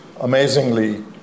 amazingly